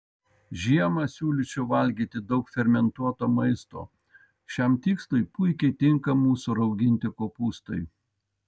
žiemą siūlyčiau valgyti daug fermentuoto maisto šiam tikslui puikiai tinka mūsų rauginti kopūstai